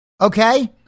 Okay